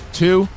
two